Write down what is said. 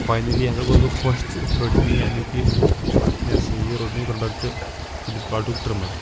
finally ہسا گوس بہٕ خۄش تہٕ رٔٹۍ مےٚ یہِ امیُک یہِ یہِ ہسا یہِ روٚٹ مےٚ یہِ پروڈَکٹ فلِپ کاٹُک ٹرمَر